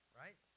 right